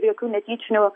ir jokių netyčinių